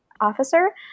officer